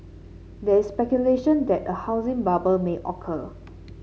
there is speculation that a housing bubble may occur